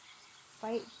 fight